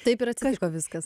taip ir atsitiko viskas